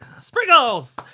Sprinkles